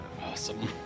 Awesome